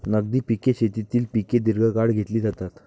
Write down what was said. नगदी पिके शेतीतील पिके दीर्घकाळ घेतली जातात